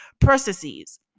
processes